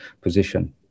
position